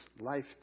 life